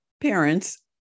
parents